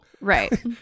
right